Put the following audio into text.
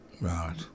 Right